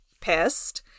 pissed